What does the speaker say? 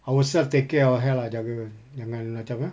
ourselves take care our health ah jaga jangan macam kan